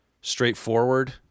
straightforward